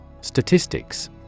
Statistics